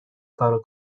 کارو